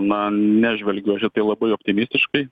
na nežvelgiu aš į tai labai optimistiškai